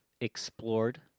explored